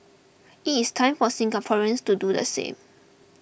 it is time for Singaporeans to do the same